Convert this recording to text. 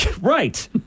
Right